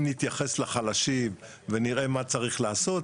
אם נתייחס לחלשים ונראה מה צריך לעשות,